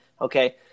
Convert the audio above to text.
Okay